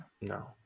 No